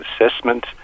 assessment